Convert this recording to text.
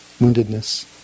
woundedness